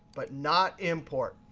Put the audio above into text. but not import.